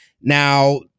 Now